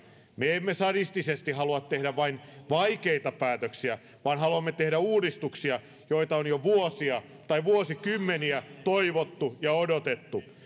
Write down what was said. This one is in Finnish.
me emme sadistisesti halua tehdä vain vaikeita päätöksiä vaan haluamme tehdä uudistuksia joita on jo vuosia tai vuosikymmeniä toivottu ja odotettu